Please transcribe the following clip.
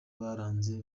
baranze